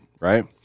Right